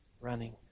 running